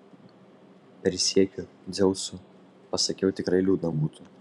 prisiekiu dzeusu pasakiau tikrai liūdna būtų